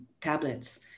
tablets